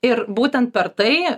ir būtent per tai